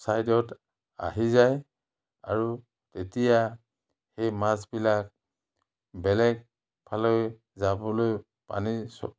ছাইডত আহি যায় আৰু তেতিয়া সেই মাছবিলাক বেলেগ ফালে যাবলৈ পানী ছ